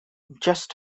guest